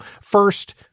first